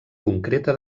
concreta